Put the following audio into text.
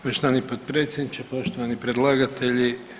Poštovani potpredsjedniče, poštovani predlagatelji.